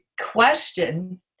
question